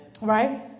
Right